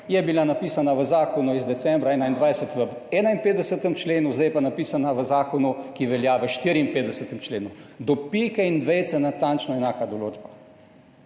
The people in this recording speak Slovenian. je bila napisana v zakonu iz decembra 2021, v 51. členu, zdaj je pa napisana v zakonu, ki velja v 54. členu do pike in vejice natančno enaka določba.